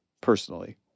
personally